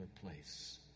place